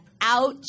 Ouch